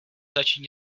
začít